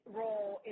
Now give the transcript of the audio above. role